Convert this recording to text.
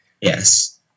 Yes